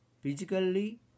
physically